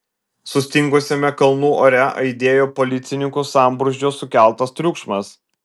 sustingusiame kalnų ore aidėjo policininkų sambrūzdžio sukeltas triukšmas